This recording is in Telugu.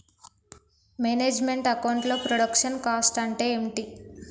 మేనేజ్ మెంట్ అకౌంట్ లో ప్రొడక్షన్ కాస్ట్ అంటే ఏమిటి?